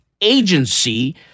agency